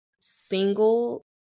single